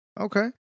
Okay